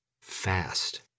fast